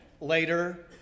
later